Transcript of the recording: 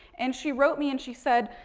and, she wrote me and she said